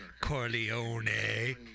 Corleone